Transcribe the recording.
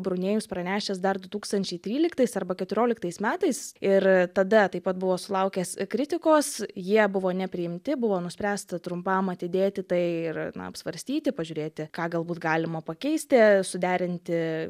brunėjus pranešęs dar du tūkstančiai tryliktais arba keturioliktais metais ir tada taip pat buvo sulaukęs kritikos jie buvo nepriimti buvo nuspręsta trumpam atidėti tai ir na apsvarstyti pažiūrėti ką galbūt galima pakeisti suderinti